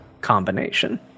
combination